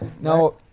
No